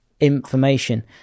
information